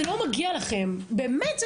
זה לא מגיע לכם, באמת.